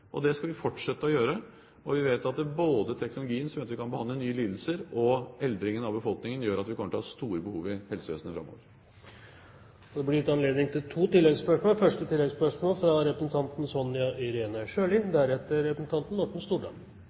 Og det skal vi fortsette med. Vi vet at teknologien som gjør at vi kan behandle nye lidelser, og aldring i befolkningen gjør at vi kommer til å ha store behov i helsevesenet framover. Det blir gitt anledning til to oppfølgingsspørsmål – først Sonja Irene Sjøli.